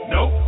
Nope